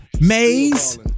maze